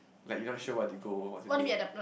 like you not sure what to go or what to do